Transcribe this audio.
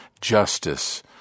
justice